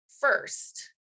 first